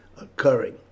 occurring